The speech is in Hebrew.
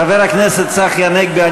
חבר הכנסת צחי הנגבי,